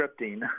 scripting